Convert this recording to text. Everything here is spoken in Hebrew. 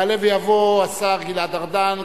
יעלה ויבוא השר גלעד ארדן,